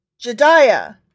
Jediah